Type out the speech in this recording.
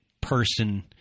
person